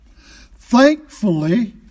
Thankfully